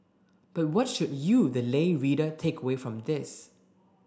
but what should you the lay reader take away from this